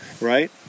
right